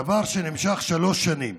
דבר שנמשך שלוש שנים.